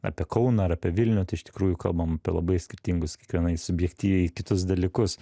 apie kauną ar apie vilnių tai iš tikrųjų kalbam apie labai skirtingus kiekvienai subjektyviai kitus dalykus